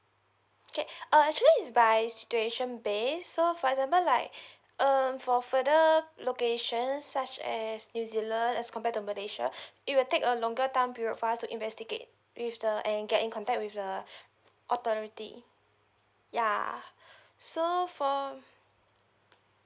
okay uh actually is by situation based so for example like um for further locations such as new zealand as compared to malaysia it will take a longer time period for us to investigate with the and get in contact with the authority ya so for